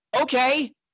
okay